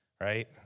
right